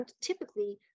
typically